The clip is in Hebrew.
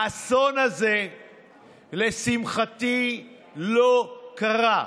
האסון הזה לשמחתי לא קרה,